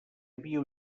havia